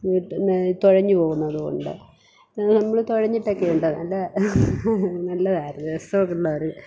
വീട്ടിൽ നിന്ന് തുഴഞ്ഞ് പോകുന്നതുമുണ്ട് നമ്മൾ തുഴഞ്ഞിട്ടൊക്കെ ഉണ്ട് അത് നല്ല നല്ലതായിരുന്നു രസമുള്ള ഒരു